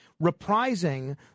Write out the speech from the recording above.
reprising